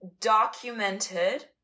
documented